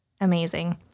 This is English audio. Amazing